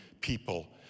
people